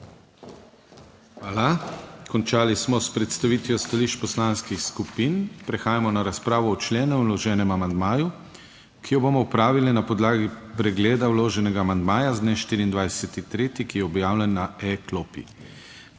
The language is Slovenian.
Hvala. Končali smo s predstavitvijo stališč poslanskih skupin. Prehajamo na razpravo o členu in vloženem amandmaju, ki jo bomo opravili na podlagi pregleda vloženega amandmaja z dne 24. 3., ki je objavljen na e-Klopi.